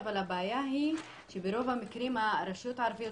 אבל הבעיה היא שברוב המקרים הרשויות הערביות